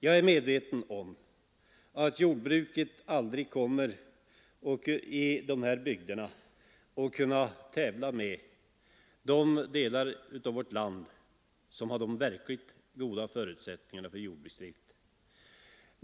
Jag är medveten om att jordbruket aldrig i dessa bygder kommer att kunna tävla med de delar av vårt land som har de verkligt goda förutsättningarna för jordbruksdrift.